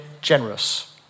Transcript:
Generous